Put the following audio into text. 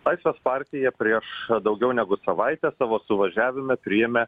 laisvės partija prieš daugiau negu savaitę savo suvažiavime priėmė